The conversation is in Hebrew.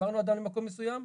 העברנו אדם למקום מסוים,